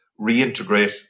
reintegrate